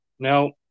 Now